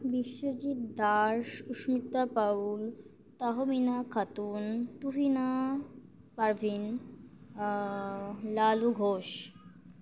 Biswajit Das Susmita Paul Tahmina Khatun Tuhina Parveen Lalu Ghosh